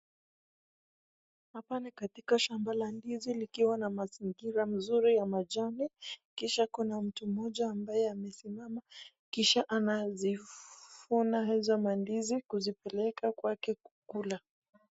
Hapa ni katikati shamba ya ndizi likiwa na mazingira mazuri la manjani Kisha Kuna mtu mmoja amesimama Kisha anazivuna hizo mandizi kuzipeleka kwake kukula.